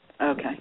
Okay